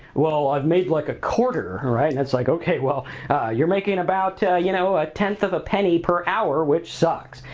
well, i've made like a quarter, right? and it's, like, okay, well you're making about, you know, a tenth of a penny per hour which sucks.